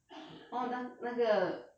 orh 那那个